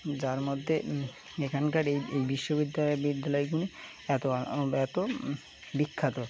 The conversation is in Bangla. যার মধ্যে এখানকার এই এই বিশ্ববিদ্যালয় বিদ্যালয়গুলি এত এত বিখ্যাত